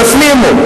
תפנימו,